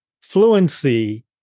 fluency